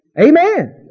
Amen